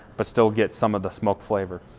but still get some of the smoke flavor.